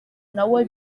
nawe